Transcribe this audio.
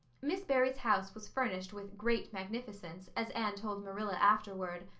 miss barry's house was furnished with great magnificence, as anne told marilla afterward.